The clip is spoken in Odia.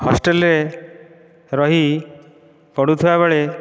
ହଷ୍ଟେଲରେ ରହି ପଢ଼ୁଥିବା ବେଳେ